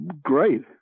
great